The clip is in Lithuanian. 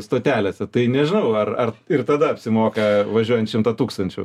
stotelėse tai nežinau ar ar ir tada apsimoka važiuojant šimtą tūkstančių